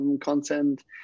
content